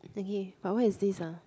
okay but where is this ah